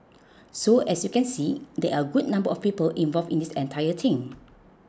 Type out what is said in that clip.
so as you can see there are a good number of people involved in this entire thing